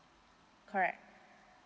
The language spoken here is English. correct